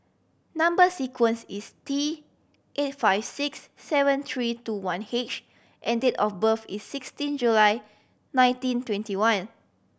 number sequence is T eight five six seven three two one H and date of birth is sixteen July nineteen twenty one